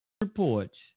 reports